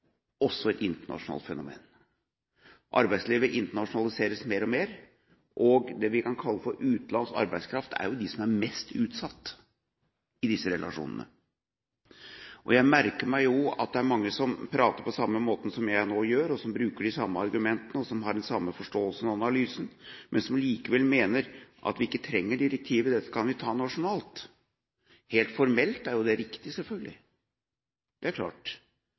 også et internasjonalt fenomen. Arbeidslivet internasjonaliseres mer og mer, og dem vi kan kalle utenlandsk arbeidskraft, er de som er mest utsatt i disse relasjonene. Jeg merker meg at det er mange som prater på samme måten som jeg gjør nå, som bruker de samme argumentene og har den samme forståelse og analyse, men som likevel mener at vi ikke trenger direktivet – at dette kan vi ta nasjonalt. Helt formelt er jo det selvfølgelig riktig, det er klart.